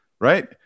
right